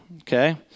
Okay